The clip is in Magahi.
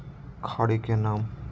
खड़ी के नाम?